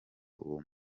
uwo